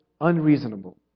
unreasonable